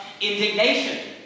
indignation